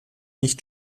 nicht